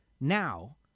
now